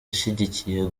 ashigikiye